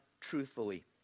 truthfully